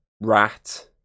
Rat